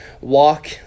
walk